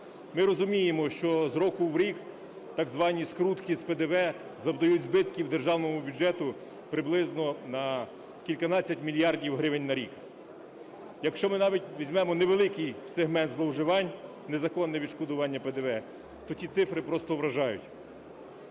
Ми розуміємо, що з року в рік так звані скрутки з ПДВ завдають збитків державному бюджету приблизно на кільканадцять мільярдів гривень на рік. Якщо ми навіть візьмемо невеликий сегмент зловживань – незаконне відшкодування ПДВ, то ті цифри просто вражають.